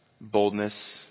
boldness